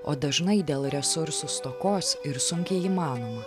o dažnai dėl resursų stokos ir sunkiai įmanoma